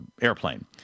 airplane